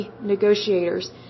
negotiators